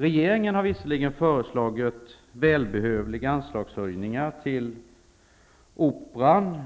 Regeringen har visserligen föreslagit välbehövliga anslagshöjningar till Operan,